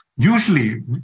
Usually